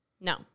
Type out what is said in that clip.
No